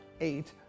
eight